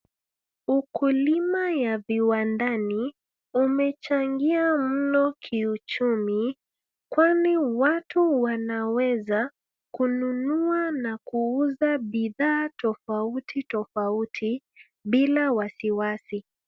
Ukulima ya viwandani, umechangia mno kiuchumi, kwani watu wanaweza, kununua na kuuza bidhaa tofauti tofauti, bila wasiwasi.